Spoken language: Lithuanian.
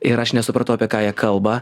ir aš nesupratau apie ką jie kalba